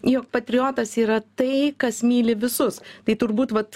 jog patriotas yra tai kas myli visus tai turbūt vat